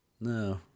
No